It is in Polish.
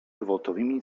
gwałtownymi